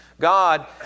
God